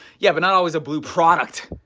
yeah, but not always a blue product,